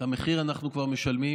המחיר אנחנו כבר משלמים